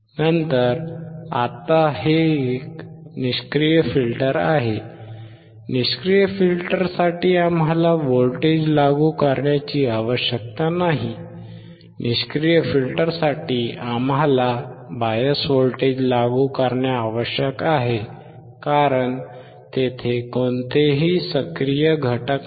नंतर आता हे एक निष्क्रिय फिल्टर आहे निष्क्रिय फिल्टरसाठी आम्हाला व्होल्टेज लागू करण्याची आवश्यकता नाही निष्क्रिय फिल्टरसाठी आम्हाला बायस व्होल्टेज लागू करणे आवश्यक आहे कारण तेथे कोणताही सक्रिय घटक नाही